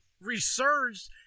resurged